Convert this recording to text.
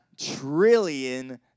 trillion